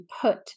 put